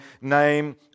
name